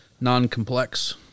non-complex